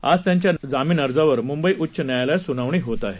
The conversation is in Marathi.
आज त्याच्या जामीन अर्जावर मुंबई उच्च न्यायालयात सुनावणी होत आहे